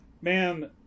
Man